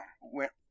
went